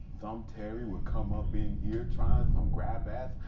um terry would come up in here, trying some grab-ass,